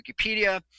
Wikipedia